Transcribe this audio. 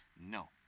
No